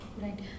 Right